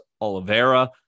Oliveira